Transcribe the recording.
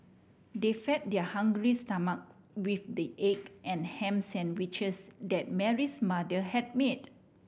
they fed their hungry stomach with the egg and ham sandwiches that Mary's mother had made